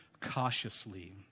cautiously